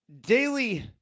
daily